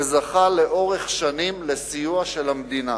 שזכה לאורך שנים לסיוע של המדינה